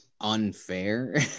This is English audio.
unfair